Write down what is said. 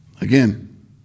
Again